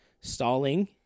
Stalling